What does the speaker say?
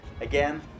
Again